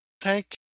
thank